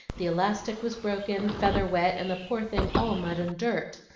the elastic was broken, feather wet, and the poor thing all mud and dirt.